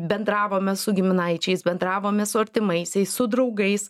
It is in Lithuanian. bendravome su giminaičiais bendravome su artimaisiais su draugais